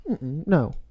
no